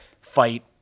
fight